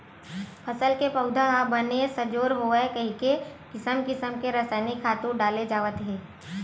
फसल के पउधा ह बने सजोर होवय कहिके किसम किसम के रसायनिक खातू डाले जावत हे